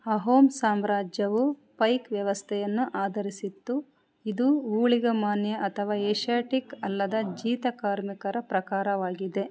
ಅಹೋಮ್ ಸಾಮ್ರಾಜ್ಯವು ಪೈಕ್ ವ್ಯವಸ್ತೆಯನ್ನು ಆಧರಿಸಿತ್ತು ಇದು ಊಳಿಗಮಾನ್ಯ ಅಥವಾ ಏಷ್ಯಾಟಿಕ್ ಅಲ್ಲದ ಜೀತ ಕಾರ್ಮಿಕರ ಪ್ರಕಾರವಾಗಿದೆ